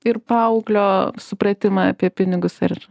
ir paauglio supratimą apie pinigus ir